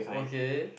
okay